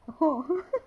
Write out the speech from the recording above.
oh [ho]